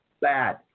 bad